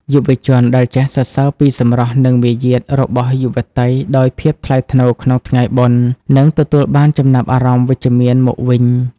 យុវជនដែលចេះ "សរសើរពីសម្រស់ និងមារយាទ" របស់យុវតីដោយភាពថ្លៃថ្នូរក្នុងថ្ងៃបុណ្យ នឹងទទួលបានចំណាប់អារម្មណ៍វិជ្ជមានមកវិញ។